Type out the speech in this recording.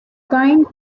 kind